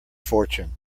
fortune